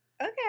okay